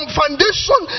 foundation